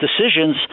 decisions